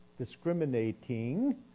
discriminating